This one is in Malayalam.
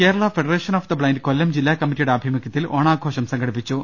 Kerala federation of the blind Kollam ജില്ലാ കമ്മിറ്റിയുടെ ആഭിമുഖ്യത്തിൽ ഓണാഘോഷം സംഘടിപ്പിച്ചു